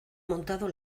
montado